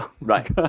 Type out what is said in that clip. Right